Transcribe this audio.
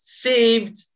saved